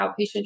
outpatient